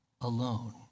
alone